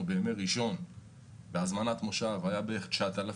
בימי ראשון בהזמנת מושב היה כ-9,000,